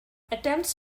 attempts